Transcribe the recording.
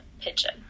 pigeon